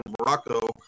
Morocco